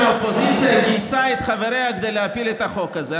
האופוזיציה גייסה את חבריה כדי להפיל את החוק הזה,